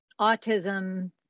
autism